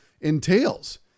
entails